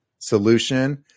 solution